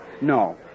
No